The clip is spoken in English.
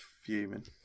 fuming